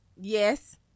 Yes